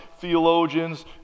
theologians